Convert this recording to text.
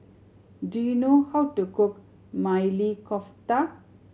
do you know how to cook Maili Kofta